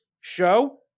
show